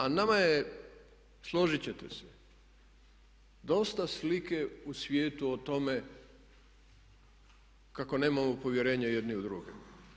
A nama je, složiti ćete se, dosta slike u svijetu o tome kako nemamo povjerenje jedni u druge.